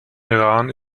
iran